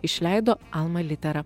išleido alma litera